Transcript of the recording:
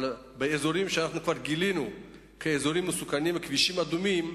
אבל באזורים שכבר גילינו שהם אזורים מסוכנים וכבישים אדומים,